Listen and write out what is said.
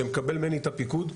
שמקבל ממני את הפיקוד.